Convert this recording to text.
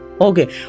okay